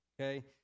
okay